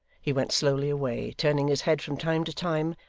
he went slowly away, turning his head from time to time,